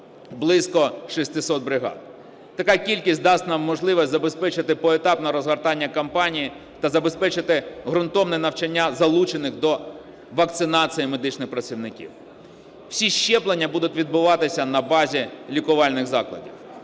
близько 600 бригад. Така кількість дасть нам можливість забезпечити поетапне розгортання кампанії та забезпечити ґрунтовне навчання залучених до вакцинації медичних працівників. Всі щеплення будуть відбуватися на базі лікувальних закладів.